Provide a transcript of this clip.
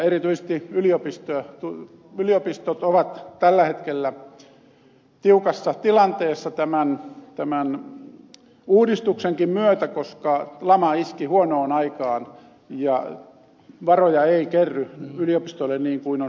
erityisesti yliopistot ovat tällä hetkellä tiukassa tilanteessa tämän uudistuksenkin myötä koska lama iski huonoon aikaan eikä varoja kerry yliopistoille niin kuin on suunniteltu